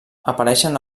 apareixen